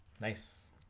Nice